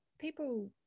people